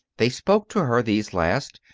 they spoke to her, these last,